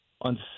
on